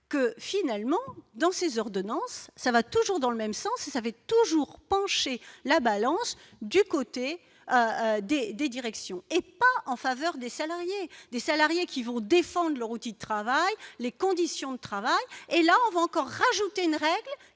que finalement donc ces ordonnances ça va toujours dans le même sens savait toujours pencher la balance du côté des 2 directions et en faveur des salariés, des salariés qui vont défendent leur outil de travail, les conditions de travail et là on va encore rajouter une règle